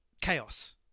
chaos